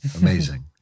Amazing